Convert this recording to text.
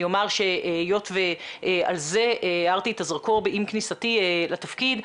אני אומר שהיות ועל זה הארתי את הזרקור עם כניסתי לתפקיד,